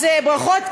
אז ברכות.